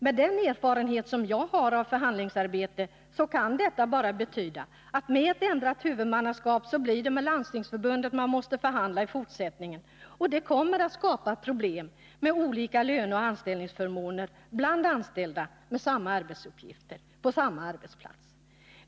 Med den erfarenhet jag har av förhandlingsarbete kan detta bara betyda att med ett ändrat huvudmannaskap blir det med Landstingsförbundet man måste förhandla i fortsättningen, och det kommer att skapa problem med olika löneoch anställningsförmåner bland anställda med samma arbetsuppgifter och på samma arbetsplats.